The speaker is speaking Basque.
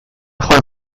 joan